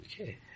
Okay